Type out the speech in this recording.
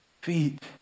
feet